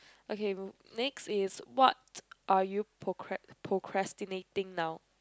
okay next is what are you procra~ procrastinating now